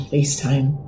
FaceTime